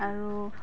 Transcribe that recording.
আৰু